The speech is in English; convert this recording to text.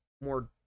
more